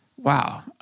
Wow